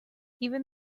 even